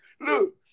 Look